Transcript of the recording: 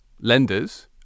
lenders